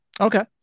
Okay